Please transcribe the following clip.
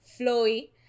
flowy